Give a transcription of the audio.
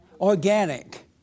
Organic